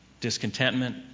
Discontentment